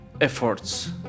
efforts